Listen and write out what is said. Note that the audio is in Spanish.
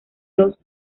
los